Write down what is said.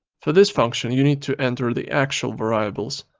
for this function you need to enter the actual variables.